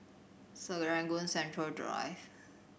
Serangoon Central Drive